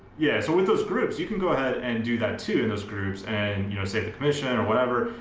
yeah, so with those groups you can go ahead and do that too in those groups. and you know save the commission or whatever.